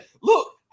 Look